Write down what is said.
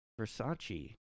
Versace